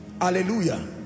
hallelujah